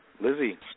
Lizzie